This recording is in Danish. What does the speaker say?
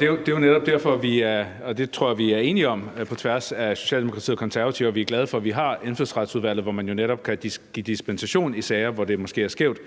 det er jo netop derfor – og det tror jeg vi er enige om på tværs af Socialdemokratiet og De Konservative – vi er glade for, at vi har Indfødsretsudvalget, hvor man jo netop kan give dispensation i sager, hvor det måske er skævt.